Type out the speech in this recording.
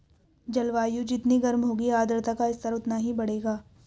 जलवायु जितनी गर्म होगी आर्द्रता का स्तर उतना ही बढ़ेगा